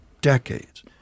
decades